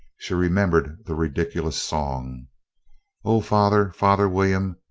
she remembered the ridiculous song oh, father, father william,